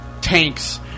tanks